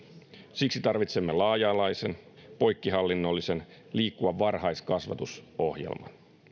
siksi tarvitsemme laaja alaisen poikkihallinnollisen liikkuvan varhaiskasvatusohjelman